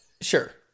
Sure